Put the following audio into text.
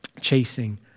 chasing